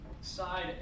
side